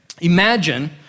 Imagine